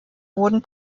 wurden